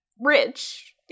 rich